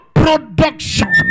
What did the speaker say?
production